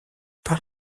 par